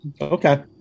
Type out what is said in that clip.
okay